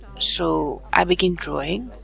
so, i begin drawing.